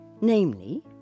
Namely